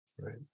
right